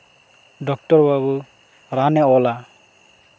doctor ᱵᱟᱹᱵᱩ ᱨᱟᱱᱮ ᱚᱞᱟ